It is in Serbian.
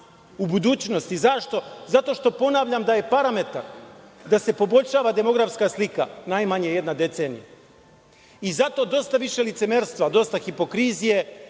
u budućnosti. Zašto? Zato što ponavljam da je parametar da se poboljšava demografska slika najmanje jedna decenija. Zato dosta više licemerstva, dosta hipokrizije